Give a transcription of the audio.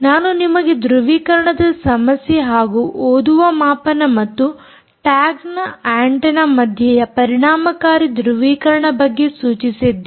ನಾನು ನಿಮಗೆ ಧೃವೀಕರಣದ ಸಮಸ್ಯೆ ಹಾಗೂ ಓದುವ ಮಾಪನ ಮತ್ತು ಟ್ಯಾಗ್ ಆಂಟೆನ್ನ ಮಧ್ಯೆಯ ಪರಿಣಾಮಕಾರಿ ಧೃವೀಕರಣ ಬಗ್ಗೆ ಸೂಚಿಸಿದ್ದೇನೆ